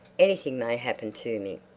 anything may happen to me.